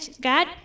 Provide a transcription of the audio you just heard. God